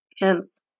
Hence